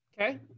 Okay